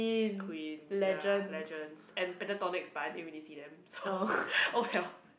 Queen ya legends and Pentatonix but I didn't really see them so oh well